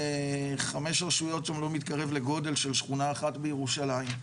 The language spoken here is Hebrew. חמש רשויות שם לא מתקרבות לגודל של שכונה אחת בירושלים.